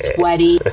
Sweaty